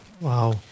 Wow